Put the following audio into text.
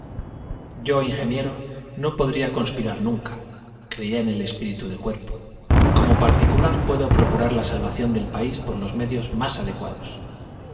yo ingeniero no podría conspirar nunca creía en el espíritu de cuerpo como particular puedo procurar la salvación del país por los medios más adecuados